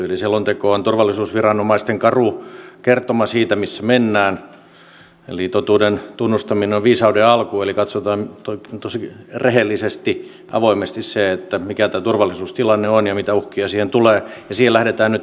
selonteko on turvallisuusviranomaisten karu kertoma siitä missä mennään eli totuuden tunnustaminen on viisauden alku eli katsotaan tosi rehellisesti avoimesti se mikä tämä turvallisuustilanne on ja mitä uhkia siihen tulee ja siihen lähdetään nyt vastaamaan